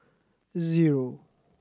zero